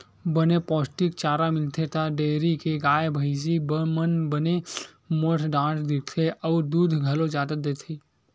बने पोस्टिक चारा मिलथे त डेयरी के गाय, भइसी मन बने मोठ डांठ दिखथे अउ दूद घलो जादा देथे